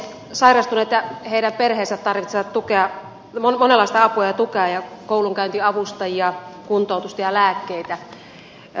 sairastuneet ja heidän perheensä tarvitsevat monenlaista apua ja tukea ja koulunkäyntiavustajia kuntoutusta ja lääkkeitä